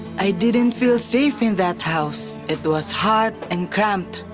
i didn't feel safe in that house. it was hot and cramped.